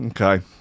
Okay